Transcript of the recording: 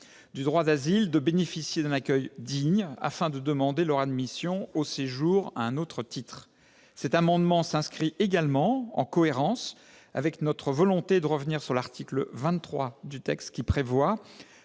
du droit d'asile de bénéficier d'un accueil digne, afin de demander leur admission au séjour à un autre titre. Cet amendement s'inscrit également en cohérence avec notre volonté de revenir sur l'article 23 du texte, qui prévoit